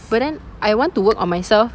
but then I want to work on myself